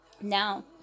Now